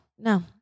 No